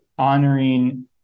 honoring